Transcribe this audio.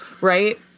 right